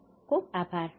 તમારો ખુબ ખુબ આભાર